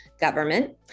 government